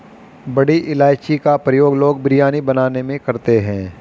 बड़ी इलायची का प्रयोग लोग बिरयानी बनाने में करते हैं